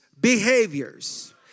behaviors